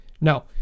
No